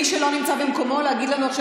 מי שלא נמצא במקומו להגיד לנו עכשיו